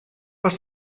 was